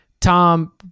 Tom